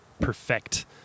perfect